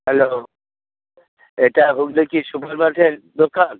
hello এটা হুগলির কি সুপার মার্কেট দোকান